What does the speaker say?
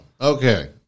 okay